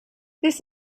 this